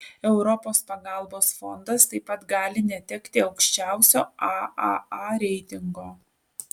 europos pagalbos fondas taip pat gali netekti aukščiausio aaa reitingo